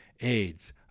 AIDS